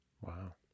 wow